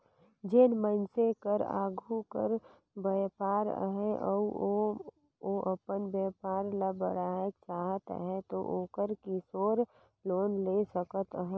जेन मइनसे कर आघु कर बयपार अहे अउ ओ अपन बयपार ल बढ़ाएक चाहत अहे ता ओहर किसोर लोन ले सकत अहे